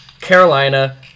Carolina